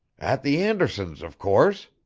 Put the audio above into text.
at the andersons', of course.